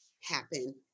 happen